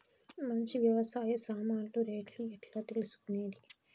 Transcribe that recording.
మంచి వ్యవసాయ సామాన్లు రేట్లు ఎట్లా తెలుసుకునేది?